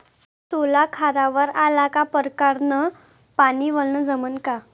सोला खारावर आला का परकारं न पानी वलनं जमन का?